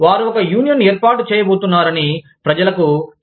వారు ఒక యూనియన్ ఏర్పాటు చేయబోతున్నారని ప్రజలకు చెబుతారు